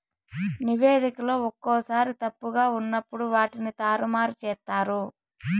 నివేదికలో ఒక్కోసారి తప్పుగా ఉన్నప్పుడు వాటిని తారుమారు చేత్తారు